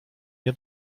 nie